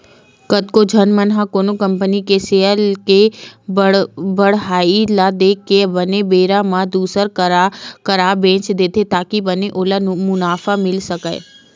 कतको झन मन ह कोनो कंपनी के सेयर के बड़हई ल देख के बने बेरा म दुसर करा बेंच देथे ताकि बने ओला मुनाफा मिले सकय